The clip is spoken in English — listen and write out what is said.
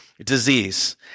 disease